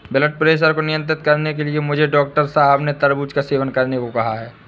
blood pressure को नियंत्रित करने हेतु मुझे डॉक्टर साहब ने तरबूज का सेवन करने को कहा है